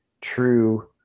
true